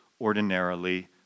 ordinarily